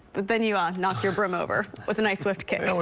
but then you ah knocked your broom over with a nice swift kick.